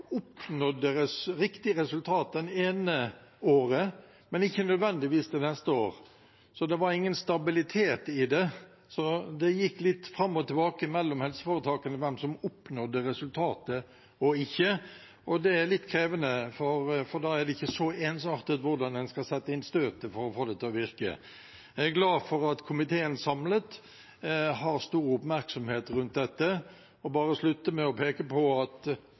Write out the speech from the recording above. oppnådde riktig resultat det ene året, men ikke nødvendigvis det neste året, så det var ingen stabilitet i det. Det gikk altså litt fram og tilbake mellom helseforetakene hvem som oppnådde resultatet og ikke, og det er litt krevende, for da er det ikke så ensartet hvordan en skal sette inn støtet for å få det til å virke. Jeg er glad for at komiteen samlet har stor oppmerksomhet rundt dette, og vil bare avslutte med å peke på at